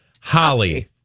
Holly